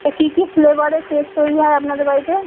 তা কী কী ফ্লেভারের কেক তৈরি হয় আপনাদের বাড়িতে